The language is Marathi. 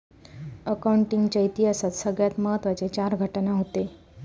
अकाउंटिंग च्या इतिहासात सगळ्यात महत्त्वाचे चार घटना हूते